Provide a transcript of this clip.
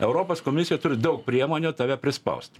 europos komisija turi daug priemonių tave prispaust